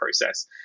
process